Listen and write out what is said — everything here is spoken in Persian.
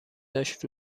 داشت